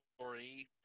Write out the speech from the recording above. story